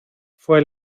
fue